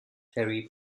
terry